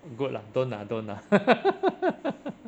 good lah don't lah don't lah